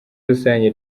rusange